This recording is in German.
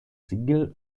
siegel